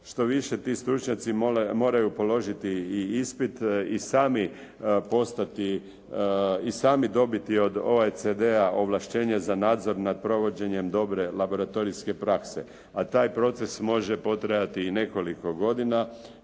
Što više, ti stručnjaci moraju položiti i ispit i sami postati, i sami dobiti od OECD-a ovlaštenje za nadzor nad provođenjem dobre laboratorijske prakse, a taj proces može potrajati i nekoliko godina,